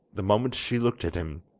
the moment she looked at him,